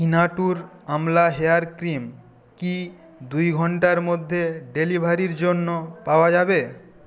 ইনাটুর আমলা hair cream কি দুই ঘণ্টার মধ্যে ডেলিভারির জন্য পাওয়া যাবে